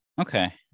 Okay